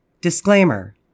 Disclaimer